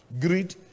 greed